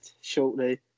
shortly